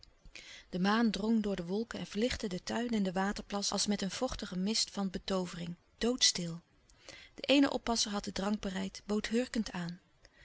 de maan drong door de wolken en verlichtte den tuin en de waterplas als met een vochtige mist van betoovering doodstil de eene oppasser had den drank bereid bood hurkend aan